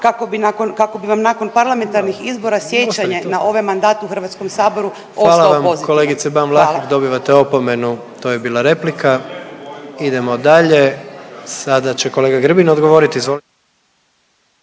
kako bi vam nakon parlamentarnih izbora sjećanje na ovaj mandat u Hrvatskom saboru ostao pozitivan. Hvala. **Jandroković, Gordan (HDZ)** Hvala vam kolegice Ban Vlahek, dobivate opomenu. To je bila replika. Idemo dalje, sada će kolega Grbin odgovoriti.